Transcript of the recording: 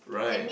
right